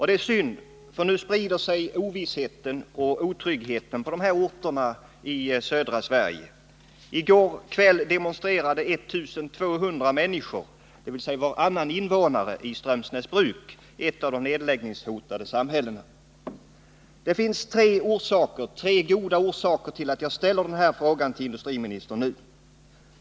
Det är synd, för nu sprider sig ovissheten och otryggheten på de här orterna i södra Sverige. I går kväll demonstrerade 1 200 människor, dvs. varannan invånare, i Strömsnäsbruk, som är ett av de nedläggningshotade samhällena. Det finns tre starka skäl till att jag ställer den här frågan till industriministern nu.